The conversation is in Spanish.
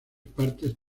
partes